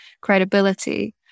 credibility